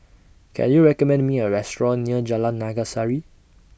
Can YOU recommend Me A Restaurant near Jalan Naga Sari